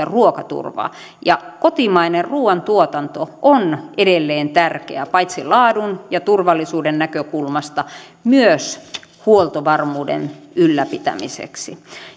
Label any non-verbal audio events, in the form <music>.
<unintelligible> ruokaturvaa ja kotimainen ruuantuotanto on edelleen tärkeää paitsi laadun ja turvallisuuden näkökulmasta myös huoltovarmuuden ylläpitämiseksi